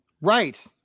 Right